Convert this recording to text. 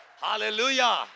Hallelujah